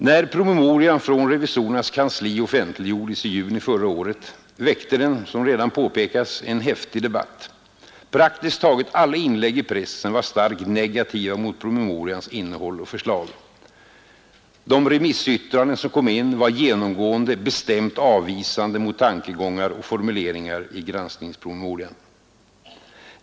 När promemorian från revisorernas kansli offentliggjordes i juni förra året väckte den, som redan påpekats, en häftig debatt. Praktiskt taget alla inlägg i pressen var starkt negativa mot promemorians innehåll och förslag. De remissyttranden som kom in var genomgående bestämt avvisande mot tankegångar och formuleringar i granskningspromemorian.